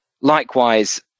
Likewise